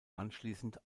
anschließend